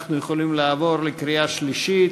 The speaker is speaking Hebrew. אנחנו יכולים לעבור לקריאה שלישית.